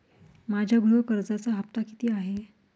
माझ्या गृह कर्जाचा हफ्ता किती आहे?